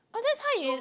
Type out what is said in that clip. oh so that's how you